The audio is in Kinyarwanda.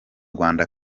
rwanda